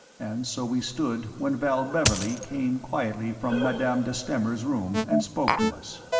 and so we stood when val beverley came quietly from madame de stamer's room and spoke to us.